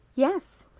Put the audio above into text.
yes.